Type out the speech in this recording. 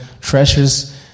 treasures